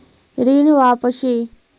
ऋण वापसी?